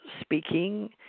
speaking